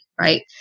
right